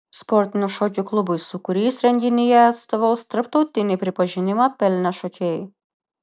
sportinių šokių klubui sūkurys renginyje atstovaus tarptautinį pripažinimą pelnę šokėjai